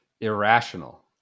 irrational